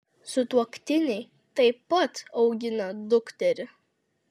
sutuoktiniai taip pat augina dukterį